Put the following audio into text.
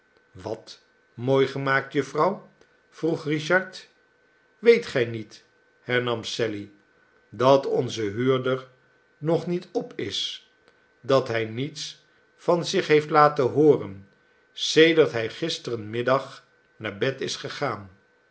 wat mooi gemaakt j ufvrouw vroeg richard weet gij niet hernam sally dat onze huurder nog niet op is dat hij niets van zich heeft laten hooren sedert hij gisterenmiddag naar bed is gegaan